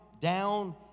down